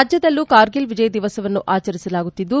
ರಾಜ್ಞದಲ್ಲೂ ಕಾರ್ಗಿಲ್ ಎಜಯ್ ದಿವಸ್ನ್ನು ಆಚರಿಸಲಾಗುತ್ತಿದ್ದು